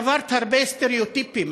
שברת הרבה סטריאוטיפים.